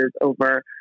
over